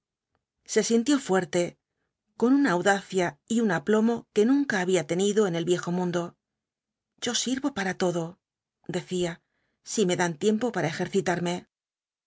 se sintió fuerte con una audacia y un aplomo que nunca había tenido en el viejo mundo yo sirvo para todo decía si me dan tiempo para ejercitarme